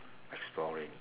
exploring